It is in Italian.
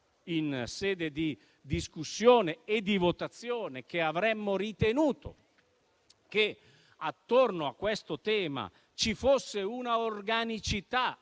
in sede di discussione e di votazione, che avremmo ritenuto che, attorno a questo tema, ci fosse una organicità,